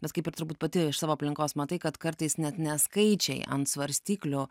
nes kaip ir turbūt pati iš savo aplinkos matai kad kartais net ne skaičiai ant svarstyklių